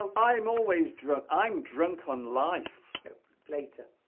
ah i'm always drunk i'm drunk on life later